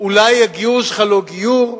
אולי הגיור שלך לא גיור,